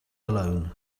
alone